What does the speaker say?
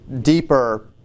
deeper